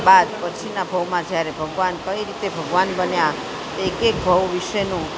બાદ પછીના ભવમાં જ્યારે ભગવાન કઈ રીતે ભગવાન બન્યા એક એક ભવ વિશેનું